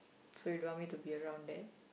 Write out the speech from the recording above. so you don't want me to be around there